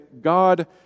God